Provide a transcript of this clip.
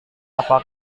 apa